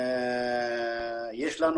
יש לנו,